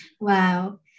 Wow